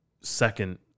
Second